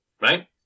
right